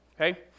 Okay